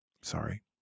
sorry